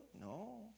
No